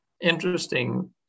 interesting